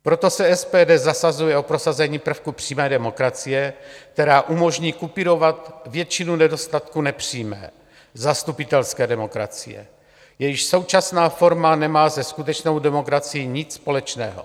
Proto se SPD zasazuje o prosazení prvků přímé demokracie, která umožní kupírovat většinu nedostatků nepřímé zastupitelské demokracie, jejíž současná forma nemá se skutečnou demokracií nic společného.